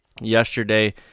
Yesterday